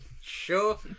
Sure